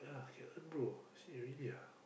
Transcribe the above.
yeah can earn bro I said really ah